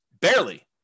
Barely